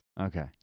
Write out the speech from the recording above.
Okay